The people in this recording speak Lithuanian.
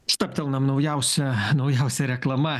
stabtelnam naujausia naujausia reklama